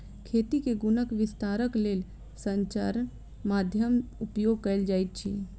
खेती के गुणक विस्तारक लेल संचार माध्यमक उपयोग कयल जाइत अछि